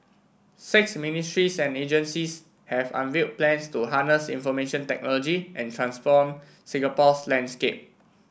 six ministries and agencies have unveiled plans to harness information technology and transform Singapore's landscape